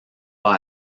pas